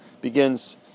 begins